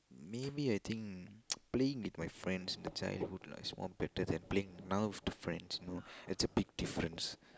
maybe I think playing with my friends in the childhood lah is more better than playing now with the friends know it's a big difference